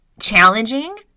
challenging